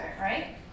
right